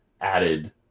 added